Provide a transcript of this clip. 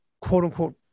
quote-unquote